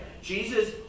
Jesus